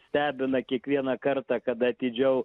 stebina kiekvieną kartą kada atidžiau